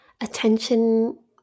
attention